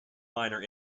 minor